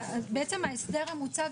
ההסדר המוצע,